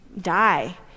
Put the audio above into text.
die